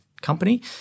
company